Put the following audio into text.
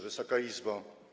Wysoka Izbo!